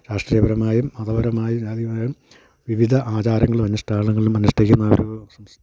രാഷ്ട്രീയപരമായും മതപരമായും ജാതിയായും വിവിധ ആചാരങ്ങളും അനുഷ്ഠാനങ്ങളും അനുഷ്ഠിക്കുന്ന ആ ഒരു